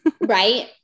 right